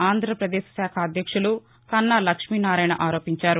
ఆంధ్రప్రదేశ్ శాఖ అధ్యక్షులు కన్నా లక్ష్మీనారాయణ ఆరోపించారు